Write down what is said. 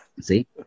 See